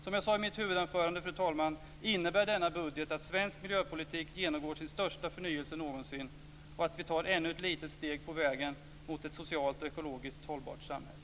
Som jag sade i mitt huvudanförande, fru talman, innebär denna budget att svensk miljöpolitik genomgår sin största förnyelse någonsin och att vi tar ännu ett litet steg på vägen mot ett socialt och ekologiskt hållbart samhälle.